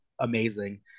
amazing